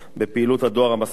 בפעילות הדואר המסורתית.